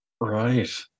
Right